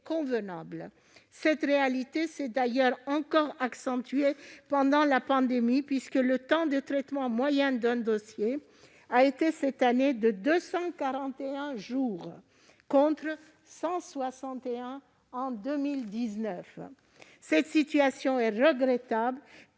convenables. Cette réalité s'est d'ailleurs encore accentuée pendant la pandémie, puisque le temps de traitement moyen d'un dossier a été, cette année, de 241 jours, contre 161 jours en 2019. Cette situation est regrettable